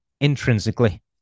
intrinsically